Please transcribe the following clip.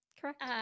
correct